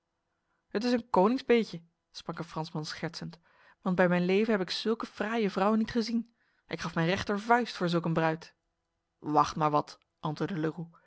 het is een koningsbeetje sprak een fransman schertsend want bij mijn leven heb ik zulke fraaie vrouw niet gezien ik gaf mijn rechtervuis voor zulk een bruid wacht maar wat antwoordde